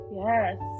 yes